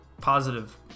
positive